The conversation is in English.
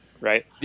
right